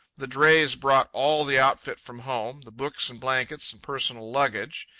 the drays brought all the outfit from home, the books and blankets and personal luggage.